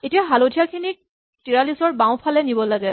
এতিয়া হালধীয়াখিনিক ৪৩ ৰ বাওঁফালে নিব লাগে